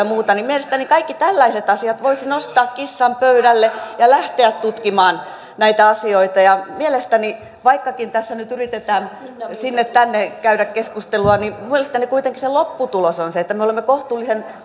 muuta mielestäni kaikki tällaiset asiat voisi nostaa esille nostaa kissan pöydälle ja lähteä tutkimaan näitä asioita vaikkakin tässä nyt yritetään sinne tänne käydä keskustelua niin mielestäni kuitenkin se lopputulos on se että me olemme kohtuullisen